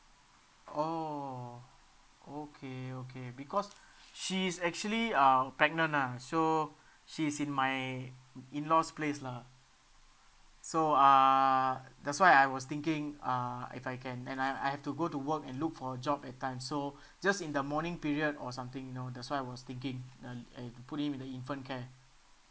oh okay okay because she is actually uh pregnant ah so she's in my in law's place lah so uh that's why I was thinking uh if I can and I I have to go to work and look for a job at times so just in the morning period or something you know that's why I was thinking uh eh put him in the infant care